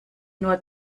nur